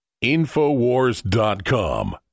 Infowars.com